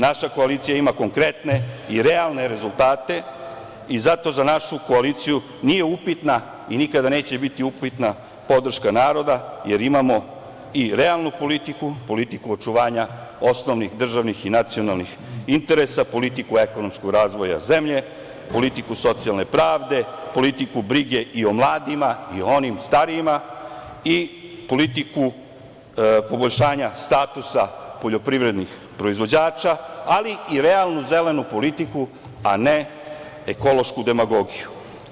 Naša koalicija ima konkretne i realne rezultate i zato za našu koaliciju nije upitna i nikada neće biti upitna podrška naroda, jer imamo i realnu politiku, politiku očuvanja osnovnih državnih i nacionalnih interesa, politiku ekonomskog razvoja zemlje, politiku socijalne pravde, politiku brige i o mladima i onima starijima i politiku poboljšanja statusa poljoprivrednih proizvođača, ali i realnu zelenu politiku, a ne ekološku demagogiju.